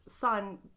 son